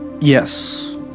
Yes